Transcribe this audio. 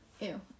ew